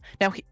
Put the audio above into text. Now